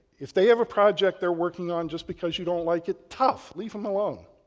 if they have a project they're working on just because you don't like it, tough, leave them alone.